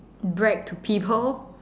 brag to people